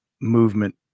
movement